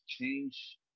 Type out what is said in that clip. change